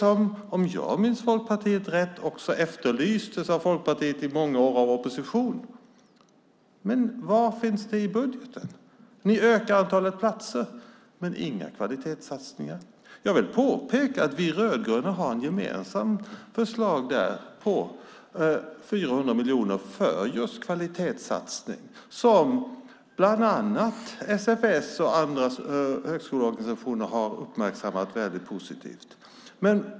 Om jag minns rätt var det också vad som efterlystes av Folkpartiet under många år i opposition. Men var finns det i budgeten? Ni ökar antalet platser, men ni gör inga kvalitetssatsningar. Jag vill påpeka att vi rödgröna har ett gemensamt förslag på 400 miljoner för just kvalitetssatsning som bland annat SFS och andra högskoleorganisationer har uppmärksammat väldigt positivt.